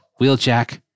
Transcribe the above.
Wheeljack